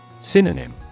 Synonym